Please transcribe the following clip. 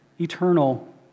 eternal